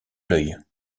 l’œil